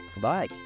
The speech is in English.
bye